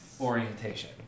orientation